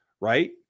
right